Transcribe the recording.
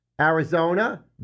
Arizona